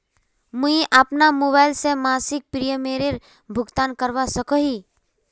मुई अपना मोबाईल से मासिक प्रीमियमेर भुगतान करवा सकोहो ही?